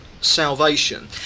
salvation